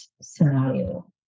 scenario